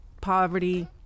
Poverty